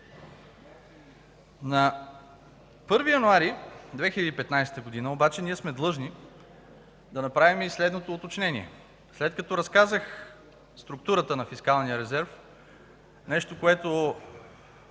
На 1 януари 2015 г. обаче сме длъжни да направим и следното уточнение, след като разказах структурата на фискалния резерв – нещо, което